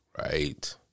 Right